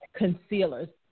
concealers